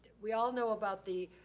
we all know about the